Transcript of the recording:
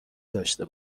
داشته